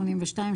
82,